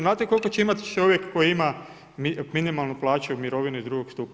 Znate koliko će imati čovjek koji ima minimalnu plaću, mirovinu iz drugog stupa.